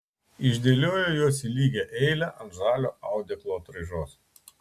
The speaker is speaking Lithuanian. išdėliojo juos į lygią eilę ant žalio audeklo atraižos